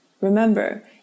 Remember